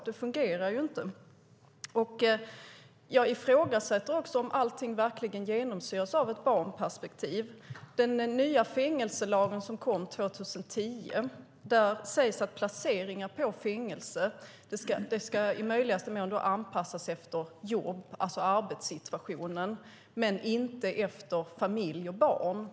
Det fungerar inte. Jag ifrågasätter också om allting verkligen genomsyras av ett barnperspektiv. I den nya fängelselagen som kom 2010 sägs att placeringen på fängelse i möjligaste mån ska anpassas efter jobb, alltså arbetssituationen, inte efter familj och barn.